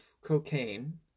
cocaine